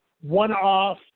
one-off